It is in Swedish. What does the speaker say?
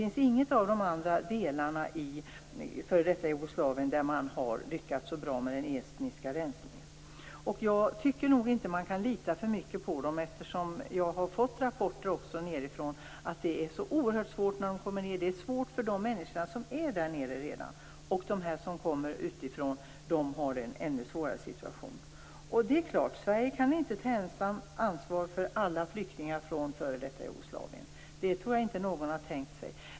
Men i ingen annan del av f.d. Jugoslavien har man lyckats så bra med den etniska rensningen. Jag har fått rapporter om att det är oerhört svårt för de människor som åker dit och att det är svårt för dem som redan finns där. De som kommer utifrån får en ännu svårare situation. Sverige kan inte ensamt ta ansvar för alla flyktingar från f.d. Jugoslavien. Det tror jag inte någon har tänkt sig.